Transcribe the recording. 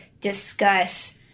discuss